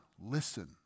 listen